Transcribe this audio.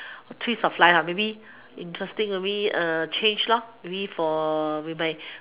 twist of life maybe interesting maybe change maybe for with my